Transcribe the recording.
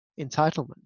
entitlement